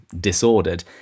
disordered